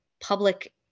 public